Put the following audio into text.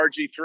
RG3